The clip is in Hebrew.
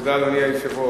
תודה, אדוני היושב-ראש.